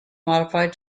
modified